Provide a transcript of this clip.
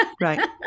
Right